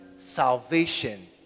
salvation